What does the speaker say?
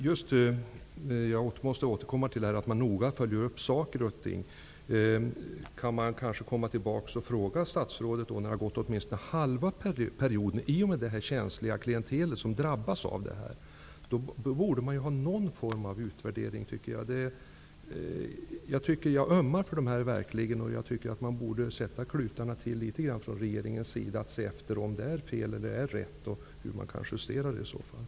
Herr talman! Jag måste återkomma till detta att man noga följer upp saker och ting. När åtminstone halva perioden har gått för det känsliga klientel som drabbas av detta, borde man göra någon form av utvärdering. Jag ömmar verkligen för dessa människor. Regeringen borde sätta till alla klutar för att se efter om något är fel och i så fall justera det.